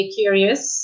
curious